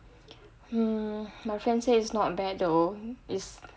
err my friend say it's not bad though it's